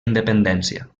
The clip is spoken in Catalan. independència